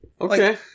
Okay